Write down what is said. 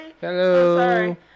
Hello